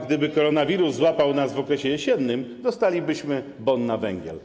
Gdyby koronawirus złapał nas w okresie jesiennym, dostalibyśmy bon na węgiel.